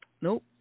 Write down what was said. Nope